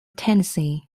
tennessee